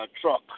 truck